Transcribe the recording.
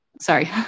sorry